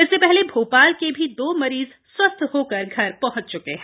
इससे पहले भोपाल के भी दो मरीज स्वस्थ होकर घर पहंच च्के हैं